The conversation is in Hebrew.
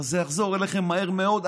אבל זה יחזור אליכם מהר מאוד,